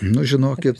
nu žinokit